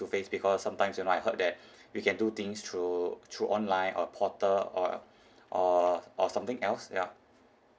to face because sometimes you know I heard that we can do things through through online or portal or or or something else ya